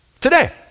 Today